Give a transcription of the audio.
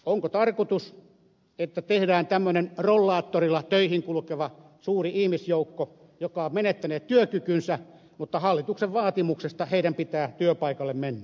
onko tarkoitus että tehdään tämmöinen rollaattorilla töihin kulkeva suuri ihmisjoukko joka on menettänyt työkykynsä mutta hallituksen vaatimuksesta heidän pitää työpaikalle mennä